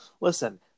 listen